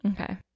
Okay